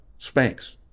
Spanx